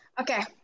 okay